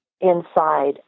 inside